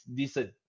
decent